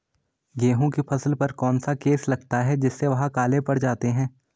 गेहूँ की फसल पर कौन सा केस लगता है जिससे वह काले पड़ जाते हैं?